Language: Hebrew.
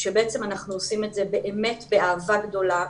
כשבעצם אנחנו עושים את זה באמת באהבה גדולה,